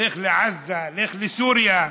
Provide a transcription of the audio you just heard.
לך לעזה, לך לסוריה.